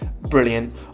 Brilliant